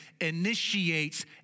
initiates